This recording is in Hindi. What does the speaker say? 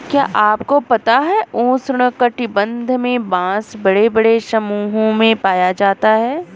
क्या आपको पता है उष्ण कटिबंध में बाँस बड़े बड़े समूहों में पाया जाता है?